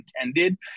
intended